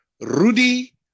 Rudy